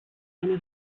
eine